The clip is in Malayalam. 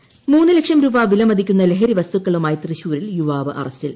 ലഹരി മൂന്ന് ലക്ഷം രൂപ വിലമതിക്കുന്ന ലഹരിവസ്തുക്കളുമായി തൃശൂരിൽ യൂവാവ് അറസ്റ്റിൽ